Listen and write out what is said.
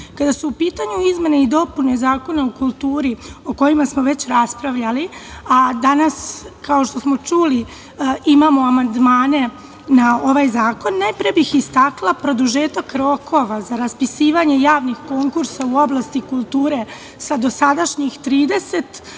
kada su u pitanju izmene i dopune Zakona o kulturi o kojima smo već raspravljali, a danas kao što smo čuli imamo amandmane na ovaj zakon, najpre bih istakla produžetak rokova za raspisivanje javnih konkursa u oblasti kulture sa dosadašnjih 30